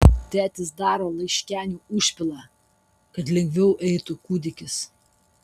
tėtis daro laiškenių užpilą kad lengviau eitų kūdikis